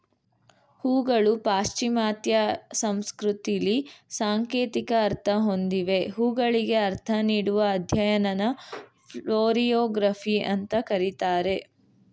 ಹೂಗಳು ಪಾಶ್ಚಿಮಾತ್ಯ ಸಂಸ್ಕೃತಿಲಿ ಸಾಂಕೇತಿಕ ಅರ್ಥ ಹೊಂದಿವೆ ಹೂಗಳಿಗೆ ಅರ್ಥ ನೀಡುವ ಅಧ್ಯಯನನ ಫ್ಲೋರಿಯೊಗ್ರಫಿ ಅಂತ ಕರೀತಾರೆ